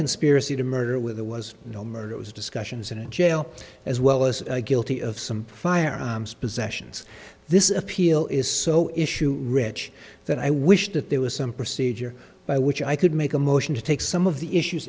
conspiracy to murder with a was no murder it was discussions in a jail as well as guilty of some firearms possessions this appeal is so issue rich that i wish that there was some procedure by which i could make a motion to take some of the issues